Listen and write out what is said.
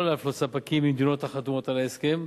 להפלות ספקים ממדינות החתומות על ההסכם,